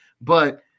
But-